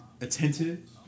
attentive